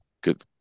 good